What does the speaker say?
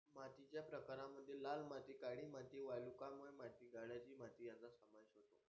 मातीच्या प्रकारांमध्ये लाल माती, काळी माती, वालुकामय माती, गाळाची माती यांचा समावेश होतो